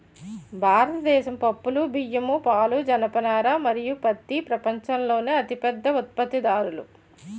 భారతదేశం పప్పులు, బియ్యం, పాలు, జనపనార మరియు పత్తి ప్రపంచంలోనే అతిపెద్ద ఉత్పత్తిదారులు